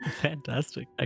Fantastic